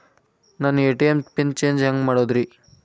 ನನ್ನ ATM PIN change ಹೆಂಗ್ ಮಾಡೋದ್ರಿ?